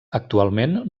actualment